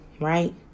right